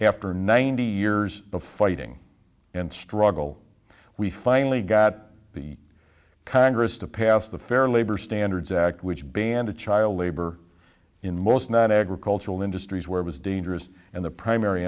after ninety years before eating and struggle we finally got the congress to pass the fair labor standards act which banned a child labor in most not agricultural industries where it was dangerous and the primary